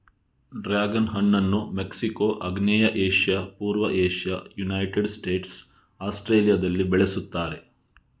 dragon ಹಣ್ಣನ್ನು Mexico, ಆಗ್ನೇಯ Asia, ಪೂರ್ವ ಏಷ್ಯಾ, ಯುನೈಟೆಡ್ ಸ್ಟೇಟ್ಸ್, ಆಸ್ಟ್ರೇಲಿಯಾದಲ್ಲಿ ಬೆಳೆಸುತ್ತಾರೆ